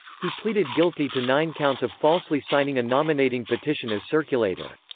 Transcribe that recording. he pleaded guilty to nine counts of falsely signing a nominating petition as circulator.